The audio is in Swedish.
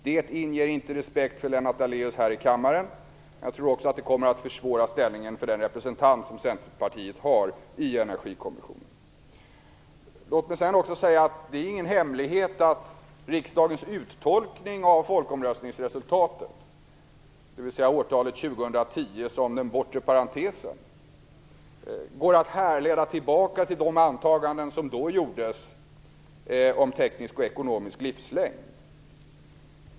Det inger inte respekt för Lennart Daléus här i kammaren. Jag tror också att det kommer att försvåra uppgiften för den representant Låt mig också säga att det inte är någon hemlighet att riksdagens uttolkning av folkomröstningsresultatet, dvs. årtalet 2010 som den bortre parentesen, går att härleda ur de antaganden som då gjordes om teknisk och ekonomisk livslängd.